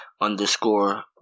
underscore